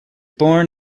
born